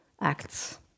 acts